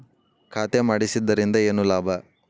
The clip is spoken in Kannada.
ಖಾತೆ ಮಾಡಿಸಿದ್ದರಿಂದ ಏನು ಲಾಭ?